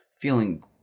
feeling